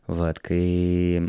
vat kai